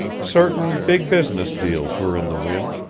certain big business deals were in the wind,